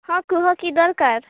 ହଁ କୁହ କି ଦରକାର